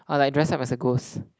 I will like dress up as a ghost